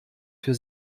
für